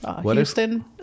Houston